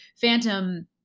Phantom